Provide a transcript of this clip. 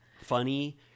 Funny